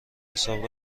حساب